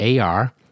AR